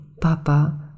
Papa